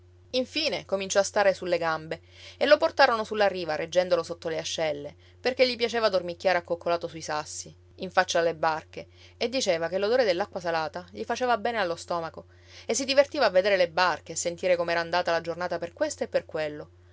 infine cominciò a stare sulle gambe e lo portarono sulla riva reggendolo sotto le ascelle perché gli piaceva dormicchiare accoccolato sui sassi in faccia alle barche e diceva che l'odore dell'acqua salata gli faceva bene allo stomaco e si divertiva a vedere le barche e sentire com'era andata la giornata per questo e per quello